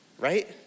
right